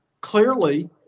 clearly